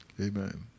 Amen